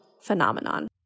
phenomenon